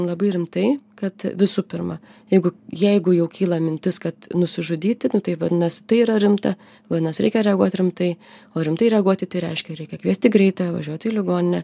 labai rimtai kad visų pirma jeigu jeigu jau kyla mintis kad nusižudyti tai vadinasi tai yra rimta vadinas reikia reaguot rimtai o rimtai reaguoti tai reiškia reikia kviesti greitąją važiuoti į ligoninę